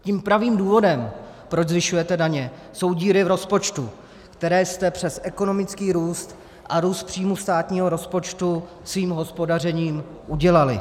Tím pravým důvodem, proč zvyšujete daně, jsou díry v rozpočtu, které jste přes ekonomický růst a růst příjmů státního rozpočtu svým hospodařením udělali.